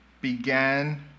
began